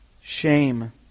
shame